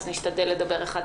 נשתדל לדבר אחד-אחד.